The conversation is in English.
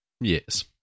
Yes